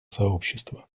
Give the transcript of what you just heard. сообщества